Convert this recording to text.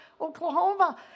Oklahoma